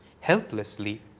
helplessly